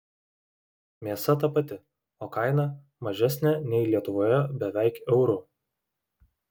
mėsa ta pati o kaina mažesnė nei lietuvoje beveik euru